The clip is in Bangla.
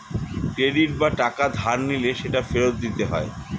ক্রেডিট বা টাকা ধার নিলে সেটা ফেরত দিতে হয়